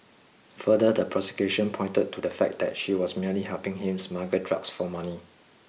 further the prosecution pointed to the fact that she was merely helping him smuggle drugs for money